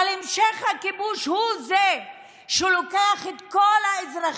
אבל המשך הכיבוש הוא זה שלוקח את כל האזרחים,